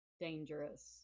dangerous